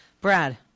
Brad